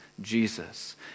Jesus